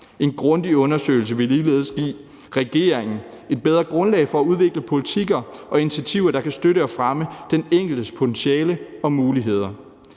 En grundig undersøgelse vil ligeledes give regeringen et bedre grundlag for at udvikle politikker og initiativer, der kan støtte og fremme den enkeltes potentiale og muligheder.